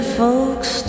folks